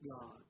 God